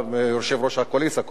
באה מיושב-ראש הקואליציה קודם.